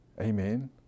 Amen